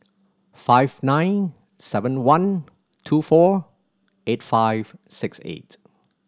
five nine seven one two four eight five six eight